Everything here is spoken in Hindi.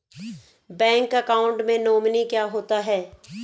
बैंक अकाउंट में नोमिनी क्या होता है?